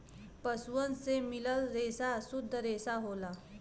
पसुअन से मिलल रेसा सुद्ध रेसा होला